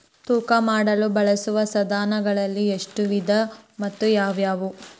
ತೂಕ ಮಾಡಲು ಬಳಸುವ ಸಾಧನಗಳಲ್ಲಿ ಎಷ್ಟು ವಿಧ ಮತ್ತು ಯಾವುವು?